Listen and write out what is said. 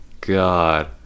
God